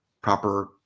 proper